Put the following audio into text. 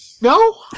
No